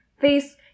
face